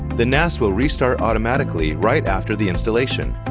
the nas will restart automatically right after the installation,